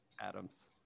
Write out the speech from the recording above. Adams